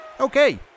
Okay